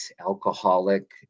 alcoholic